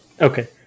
Okay